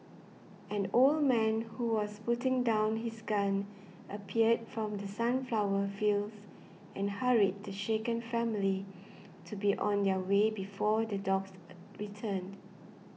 an old man who was putting down his gun appeared from the sunflower fields and hurried the shaken family to be on their way before the dogs return